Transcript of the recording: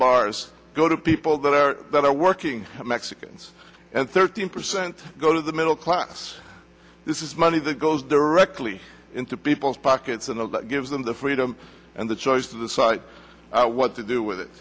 bars go to people that are that are working mexicans and thirteen percent go to the middle class this is money that goes directly into people's pockets and all that gives them the freedom and the choice of the site what to do with it